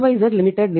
Y